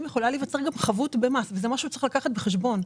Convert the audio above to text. יכולה להיווצר גם חבות במס וזה משהו שצריך לקחת בחשבון.